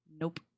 Nope